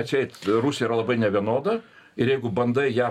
atseit rusija yra labai nevienoda ir jeigu bandai ją